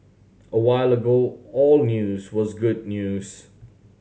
a while ago all news was good news